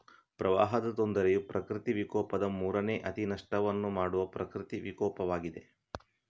ಪ್ರವಾಹದ ತೊಂದರೆಯು ಪ್ರಕೃತಿ ವಿಕೋಪದ ಮೂರನೇ ಅತಿ ನಷ್ಟವನ್ನು ಮಾಡುವ ಪ್ರಕೃತಿ ವಿಕೋಪವಾಗಿದೆ